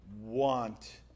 want